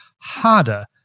harder